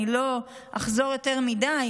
אני לא אחזור יותר מדי,